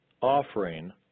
offering